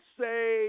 say